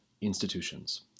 Institutions